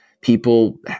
people